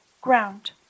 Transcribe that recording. Ground